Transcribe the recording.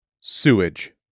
Sewage